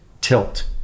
tilt